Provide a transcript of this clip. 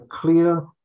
clear